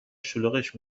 شلوغش